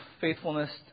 faithfulness